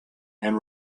and